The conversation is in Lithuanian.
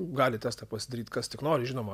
gali testą pasidaryt kas tik nori žinoma